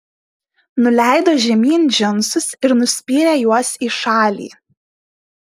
nuleido žemyn džinsus ir nuspyrė juos į šalį